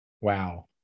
Wow